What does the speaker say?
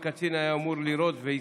3. האומנם הקצין היה אמור לירות והיסס?